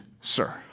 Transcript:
sir